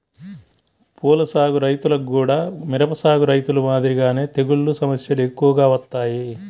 పూల సాగు రైతులకు గూడా మిరప సాగు రైతులు మాదిరిగానే తెగుల్ల సమస్యలు ఎక్కువగా వత్తాయి